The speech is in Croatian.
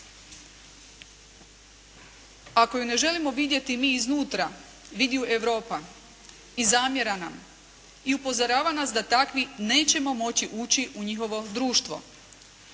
Ako ju ne želimo vidjeti mi iznutra vidi ju Europa. I zamjera nam i upozorava nas da takvi nećemo moći ući u njihovo društvo.